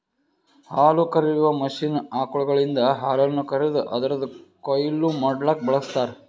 ಹಾಲುಕರೆಯುವ ಮಷೀನ್ ಆಕಳುಗಳಿಂದ ಹಾಲನ್ನು ಕರೆದು ಅದುರದ್ ಕೊಯ್ಲು ಮಡ್ಲುಕ ಬಳ್ಸತಾರ್